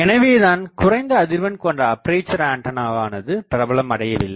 எனவேதான் குறைந்த அதிர்வெண் கொண்ட அப்பேசர் ஆண்டனாவானது பிரபலம் அடையவில்லை